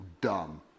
dumb